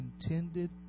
intended